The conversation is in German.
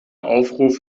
aufruf